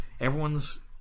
Everyone's